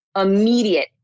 immediate